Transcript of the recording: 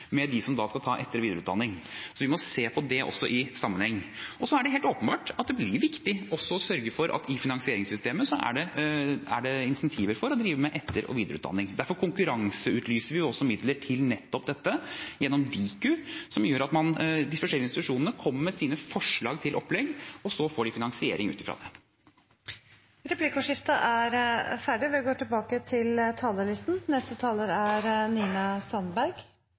med utdanningen for dem som skal ta etter- og videreutdanning. Så vi må se på det også i sammenheng. Det er helt åpenbart at det blir viktig også å sørge for at det i finansieringssystemet er insentiver for å drive med etter- og videreutdanning. Derfor konkurranseutlyser vi midler til dette gjennom Diku. De forskjellige institusjonene kommer med sine forslag til opplegg, og så får de finansiering ut fra det. Replikkordskiftet er omme. De talere som heretter får ordet, har en taletid på inntil 3 minutter. Arbeiderpartiet vil ha bedre finansiering av universiteter og